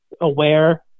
aware